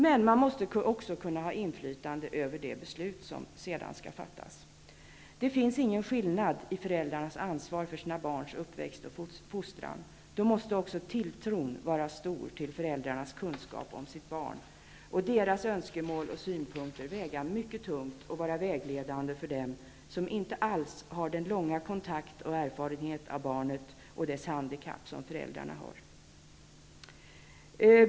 Man måste emellertid också kunna ha ett inflytande över det beslut som sedan fattas. Det finns ingen skillnad i föräldrars ansvar för sina barns uppväxt och fostran. Då måste också tilltron vara stor till föräldrars kunskap om sina barn, och deras önskemål och synpunkter måste väga mycket tungt och vara vägledande för dem som inte alls har den långvariga kontakt och erfarenhet av barnet och dess handikapp som förädrarna har.